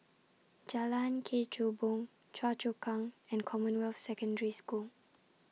Jalan Kechubong Choa Chu Kang and Commonwealth Secondary School